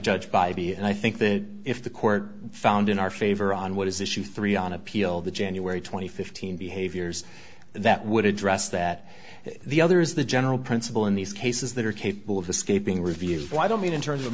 b and i think that if the court found in our favor on what is issue three on appeal the january two thousand and fifteen behaviors that would address that and the other is the general principle in these cases that are capable of escaping review why don't mean in terms of